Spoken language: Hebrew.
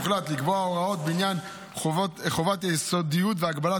הוחלט לקבוע הוראות בעניין חובת סודיות והגבלת